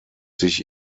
sich